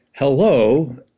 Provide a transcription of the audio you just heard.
Hello